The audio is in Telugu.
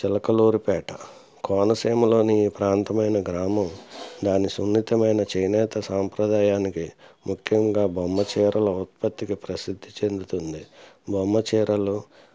చిలకలూరిపేట కోనసీమలోని ప్రాంతమైన గ్రామం దాని సున్నితమైన చేనేత సంప్రదాయానికి ముఖ్యంగా బొమ్మ చీరల ఉత్పత్తికి ప్రసిద్ధి చెందుతుంది బొమ్మ చీరలు